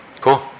Cool